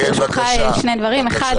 ברשותך לשני דברים: אחד,